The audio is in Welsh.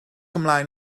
ymlaen